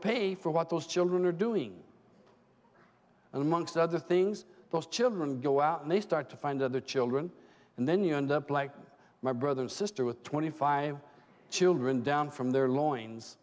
pay for what those children are doing and amongst other things those children go out and they start to find other children and then you end up like my brother and sister with twenty five children down from their l